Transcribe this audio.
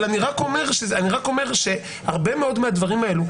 אני רק אומר שהרבה מאוד מהדברים האלה,